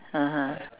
(uh huh)